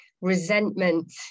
Resentment